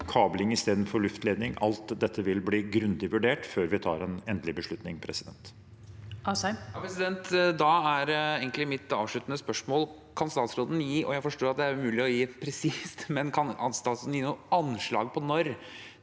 kabling istedenfor luftledning – alt dette – vil bli grundig vurdert før vi tar en endelig beslutning. Henrik